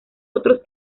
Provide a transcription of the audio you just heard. otros